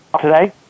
today